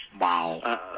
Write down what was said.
Wow